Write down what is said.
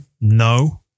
No